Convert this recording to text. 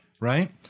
right